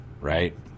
right